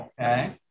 Okay